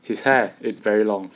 his hair it's very long